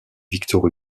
victor